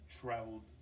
traveled